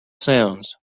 sounds